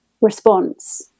response